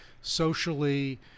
socially